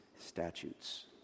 statutes